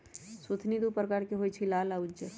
सुथनि दू परकार के होई छै लाल आ उज्जर